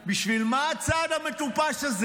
בשביל מה הצעד המטופש הזה?